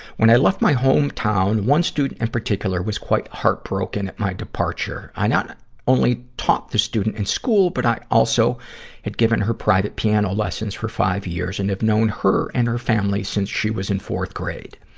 when i left my hometown, one student in particular was heartbroken at my departure. i not only taught the student in school, but i also had given her private piano lessons for five years and have known her and her family since she was in fourth grade.